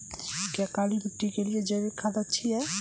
क्या काली मिट्टी के लिए जैविक खाद अच्छी है?